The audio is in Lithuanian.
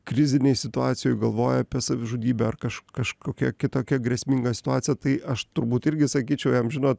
krizinėj situacijoj galvoja apie savižudybę ar kaž kažkokia kitokia grėsminga situacija tai aš turbūt irgi sakyčiau jam žinot